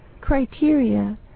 criteria